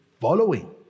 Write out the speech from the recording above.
following